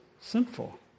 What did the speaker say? sinful